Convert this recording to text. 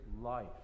life